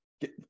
get